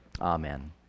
Amen